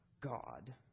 God